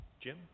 Jim